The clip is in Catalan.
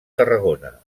tarragona